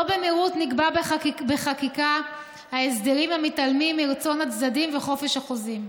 לא במהירות נקבע בחקיקה הסדרים המתעלמים מרצון הצדדים ומחופש החוזים.